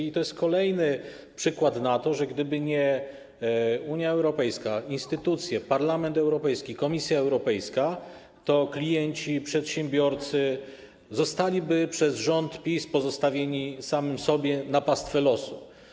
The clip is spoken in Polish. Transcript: I to jest kolejny przykład na to, że gdyby nie Unia Europejska, takie instytucje, jak Parlament Europejski, Komisja Europejska, to klienci, przedsiębiorcy zostaliby przez rząd PiS pozostawieni samym sobie, na pastwę losu.